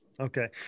Okay